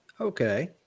Okay